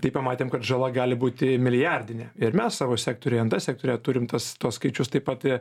tai pamatėm kad žala gali būti milijardinė ir mes savo sektoriuje nt sektoriuje turime tas tuos skaičius taip pat